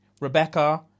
Rebecca